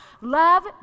love